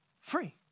free